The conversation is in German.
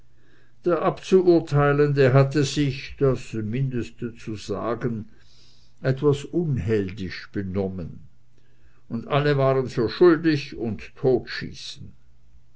der abzuurteilende hatte sich das mindeste zu sagen etwas unheldisch benommen und alle waren für schuldig und totschießen